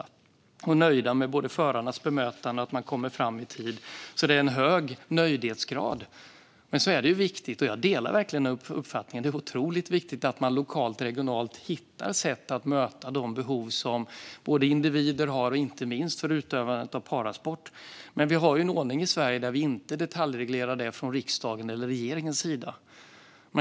De är även nöjda med förarnas bemötande och att de kommer fram i tid. Det finns alltså en hög nöjdhetsgrad. Jag delar dock uppfattningen att det är otroligt viktigt att man lokalt och regionalt hittar sätt att möta de behov som både individer och utövare av parasport har. Men vi har en ordning i Sverige som innebär att detta inte detaljregleras i riksdagen eller i regeringen.